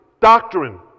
doctrine